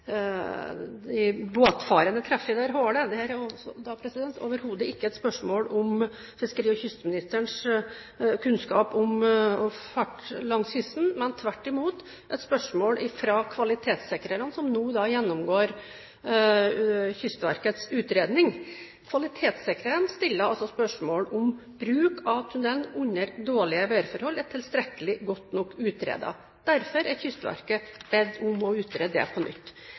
langs kysten, men tvert imot et spørsmål fra kvalitetssikrerne, som nå gjennomgår Kystverkets utredning. Kvalitetssikrerne stiller altså spørsmål om hvorvidt bruk av tunnelen under dårlige værforhold er tilstrekkelig utredet. Derfor er Kystverket bedt om å utrede det på nytt.